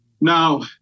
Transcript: Now